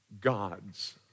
God's